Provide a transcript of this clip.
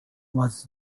was